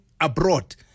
abroad